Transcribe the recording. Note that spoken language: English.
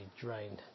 drained